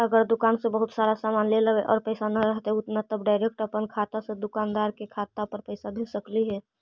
अगर दुकान से बहुत सारा सामान ले लेबै और पैसा न रहतै उतना तब का डैरेकट अपन खाता से दुकानदार के खाता पर पैसा भेज सकली हे?